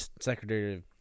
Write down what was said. secretary